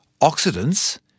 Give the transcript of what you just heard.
oxidants